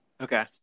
Okay